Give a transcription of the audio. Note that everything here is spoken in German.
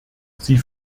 sie